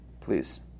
please